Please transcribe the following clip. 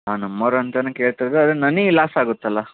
ಆಂ ನಮ್ಮೋರು ಅಂತನೇ ಕೇಳ್ತಿರದು ಆದರೆ ನನಗ್ ಲಾಸ್ ಆಗುತ್ತಲ್ಲ